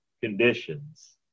conditions